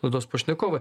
laidos pašnekovai